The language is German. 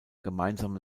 gemeinsame